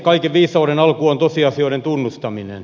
kaiken viisauden alku on tosiasioiden tunnustaminen